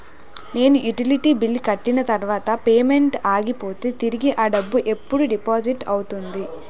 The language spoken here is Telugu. నేను యుటిలిటీ బిల్లు కట్టిన తర్వాత పేమెంట్ ఆగిపోతే తిరిగి అ డబ్బు ఎప్పుడు డిపాజిట్ అవుతుంది?